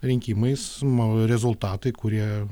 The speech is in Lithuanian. rinkimais mano rezultatai kurie